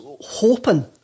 hoping